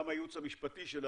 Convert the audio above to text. גם הייעוץ המשפטי שלנו,